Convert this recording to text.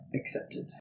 accepted